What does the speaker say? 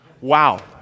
Wow